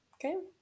Okay